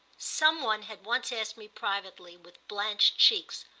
some one had once asked me privately, with blanched cheeks,